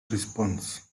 response